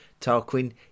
Tarquin